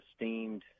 esteemed